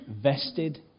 vested